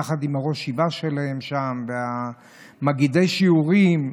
יחד עם ראש הישיבה שלהם שם ומגידי השיעורים.